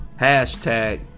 Hashtag